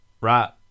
right